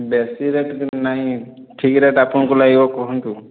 ବେଶୀ ରେଟ୍ ନାହିଁ ଠିକ ରେଟ୍ ଆପଣଙ୍କୁ ଲାଗିବ କୁହନ୍ତୁ